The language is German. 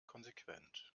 konsequent